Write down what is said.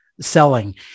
selling